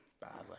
badly